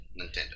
Nintendo